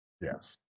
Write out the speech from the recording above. Yes